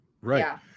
right